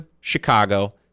Chicago